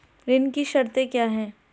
ऋण की शर्तें क्या हैं?